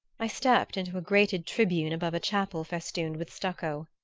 i stepped into a grated tribune above a chapel festooned with stucco.